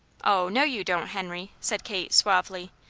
oh, no, you don't, henry, said kate, suavely.